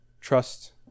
trust